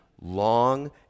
long